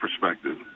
perspective